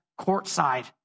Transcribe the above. courtside